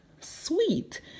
sweet